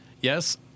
Yes